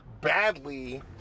badly